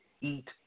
eat